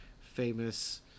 famous